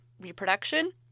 reproduction